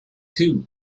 too